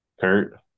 Kurt